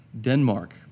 Denmark